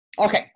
Okay